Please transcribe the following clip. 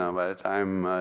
um by the time